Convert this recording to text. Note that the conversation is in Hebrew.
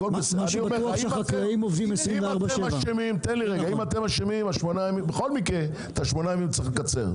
אם אתם אשמים, בכל מקרה את ה-8 ימים יש לקצר.